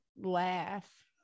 laugh